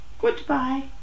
Goodbye